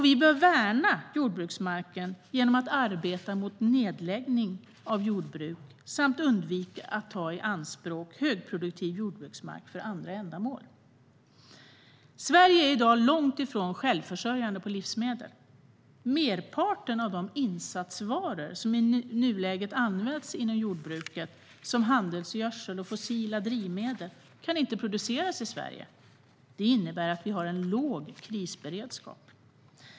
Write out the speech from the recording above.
Vi bör värna jordbruksmarken genom att arbeta mot nedläggning av jordbruk samt undvika att ta högproduktiv jordbruksmark i anspråk för andra ändamål. Sverige är i dag långt ifrån självförsörjande på livsmedel. Merparten av de insatsvaror som i nuläget används inom jordbruket som handelsgödsel och fossila drivmedel kan inte produceras i Sverige. Det innebär att vi har en låg krisberedskap.